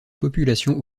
populations